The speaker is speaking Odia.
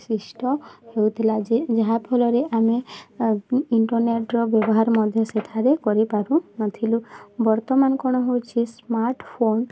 ବିଶିଷ୍ଟ ହେଉଥିଲା ଯେ ଯାହା ଫଳରେ ଆମେ ଇଣ୍ଟରନେଟ୍ର ବ୍ୟବହାର ମଧ୍ୟ ସେଠାରେ କରିପାରୁ ନଥିଲୁ ବର୍ତ୍ତମାନ୍ କ'ଣ ହେଉଛି ସ୍ମାର୍ଟଫୋନ୍